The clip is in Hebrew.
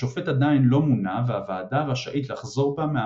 השופט עדיין לא מונה והוועדה רשאית לחזור בה מהמלצתה.